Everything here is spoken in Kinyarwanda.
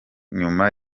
nyuma